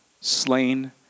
slain